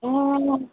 ल